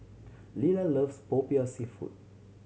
Lelah loves Popiah Seafood